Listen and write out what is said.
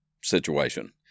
situation